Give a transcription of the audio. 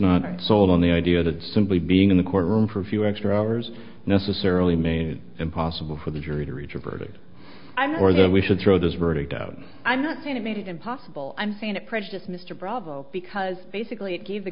not sold on the idea that simply being in the courtroom for a few extra hours necessarily made impossible for the jury to reach a verdict i'm sure that we should throw this verdict out i'm not going to made it impossible i'm saying that prejudice mister bravo because basically it gave the